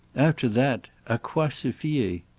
after that a quoi se fier?